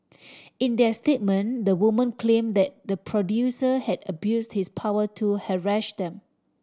in their statement the women claim that the producer had abuse his power to harass them